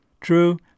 True